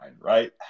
right